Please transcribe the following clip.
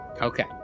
okay